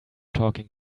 talking